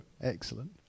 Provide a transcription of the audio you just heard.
excellent